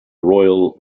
royal